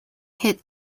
hit